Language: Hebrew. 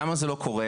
למה זה לא קורה?